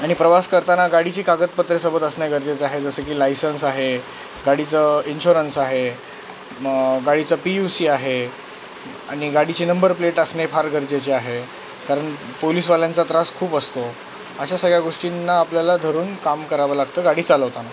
आणि प्रवास करताना गाडीची कागदपत्रे सोबत असणे गरजेचं आहे जसं की लायसन्स आहे गाडीचं इन्श्युरन्स आहे मग गाडीचं पी यू सी आहे आणि गाडीची नंबर प्लेट असणे फार गरजेचे आहे कारण पोलिसवाल्यांचा त्रास खूप असतो अशा सगळ्या गोष्टींना आपल्याला धरून काम करावं लागतं गाडी चालवताना